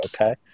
okay